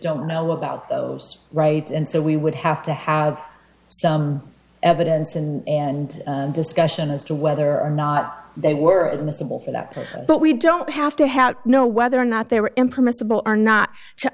don't know about those right and so we would have to have some evidence in and discussion as to whether or not they were admissible for that but we don't have to know whether or not they were impermissible are not to